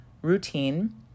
routine